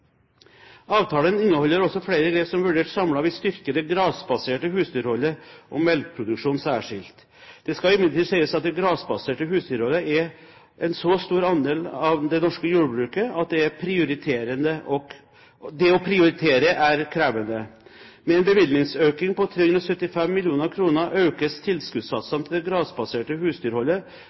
Avtalen inneholder også flere grep som vurdert samlet vil styrke det grasbaserte husdyrholdet og melkeproduksjonen særskilt. Det skal imidlertid sies at det grasbaserte husdyrholdet er en så stor andel av det norske jordbruket at det å prioritere er krevende. Med en bevilgningsøkning på 375 mill. kr økes tilskuddsatsene til det grasbaserte husdyrholdet